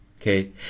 Okay